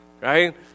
Right